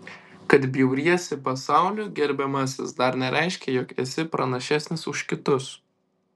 kad bjauriesi pasauliu gerbiamasis dar nereiškia jog esi pranašesnis už kitus